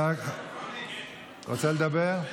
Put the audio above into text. רוצה לדבר?